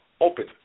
open